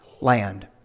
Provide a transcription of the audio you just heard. land